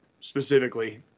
specifically